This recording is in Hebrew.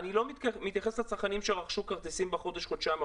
אני לא מתייחס לצרכנים שרכשו כרטיסים בחודש-חודשיים האחרונים.